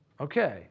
Okay